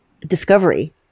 discovery